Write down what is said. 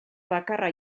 bakarra